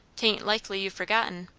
tain't likely you've forgotten.